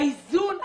באיזון הנכון,